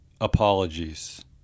Apologies